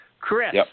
Chris